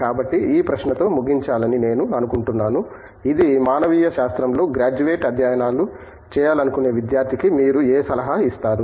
కాబట్టి ఈ ప్రశ్నతో ముగించాలని నేను అనుకుంటున్నాను ఇది మానవీయ శాస్త్రంలో గ్రాడ్యుయేట్ అధ్యయనాలు చేయాలనుకునే విద్యార్థికి మీరు ఏ సలహా ఇస్తారు